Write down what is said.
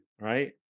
right